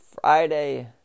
Friday